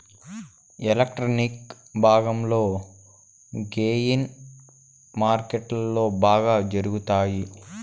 electronic భాగంలోని gain మార్కెట్లో బాగా జరుగుతాయి